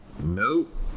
Nope